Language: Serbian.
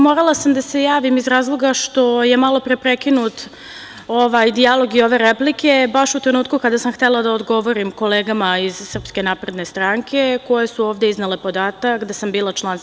Morala sam da se javim iz razloga što je malopre prekinut ovaj dijalog i ove replike, baš u trenutku kada sam htela da odgovorim kolegama iz SNS, koje su ovde iznele podatak da sam bila član SNS.